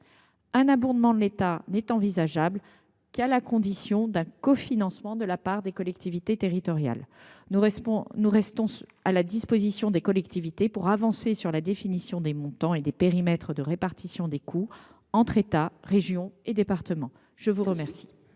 un abondement de l’État n’est envisageable qu’à la condition d’un cofinancement de la part des collectivités territoriales. Nous restons à la disposition des collectivités pour avancer sur la définition des montants et des périmètres de répartition des coûts entre l’État, les régions et les départements. La parole